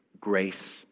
grace